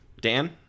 Dan